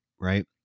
right